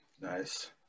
Nice